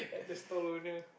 at the stall owner